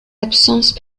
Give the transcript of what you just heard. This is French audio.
absences